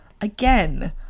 again